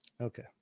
Okay